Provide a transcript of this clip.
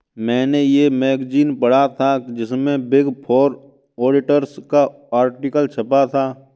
मेने ये मैगज़ीन पढ़ा था जिसमे बिग फॉर ऑडिटर्स का आर्टिकल छपा था